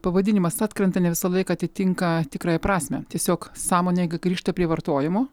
pavadinimas atkrenta ne visą laiką atitinka tikrąją prasmę tiesiog sąmonė jeigu grįžta prie vartojimo